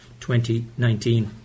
2019